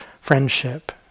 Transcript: friendship